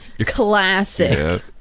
Classic